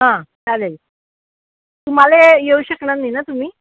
हां चालेल तुम्हाले येऊ शकणार नाही ना तुम्ही